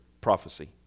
prophecy